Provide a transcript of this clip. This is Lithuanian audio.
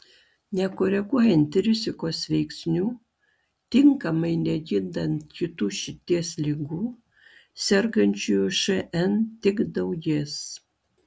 nekoreguojant rizikos veiksnių tinkamai negydant kitų širdies ligų sergančiųjų šn tik daugės